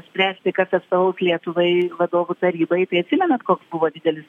spręsti kas atstovaus lietuvai vadovų tarybai tai atsimenat koks buvo didelis